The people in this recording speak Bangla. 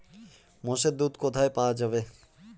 মোষের দুধ কোথায় পাওয়া যাবে?